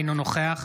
אינו נוכח